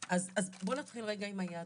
אוקיי, אז בוא נתחיל רגע עם היעדים.